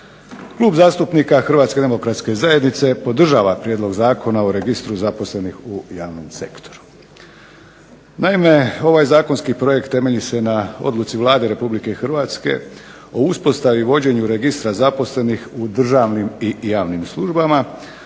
Klub zastupnika HDZ-a podržava prijedlog Zakona o Registru zaposlenih u javnom sektoru. Naime, ovaj zakonski projekt temelji se na odluci Vlade RH o uspostavi i vođenju Registra zaposlenih u državnim i javnim službama,